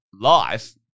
life